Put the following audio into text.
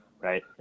right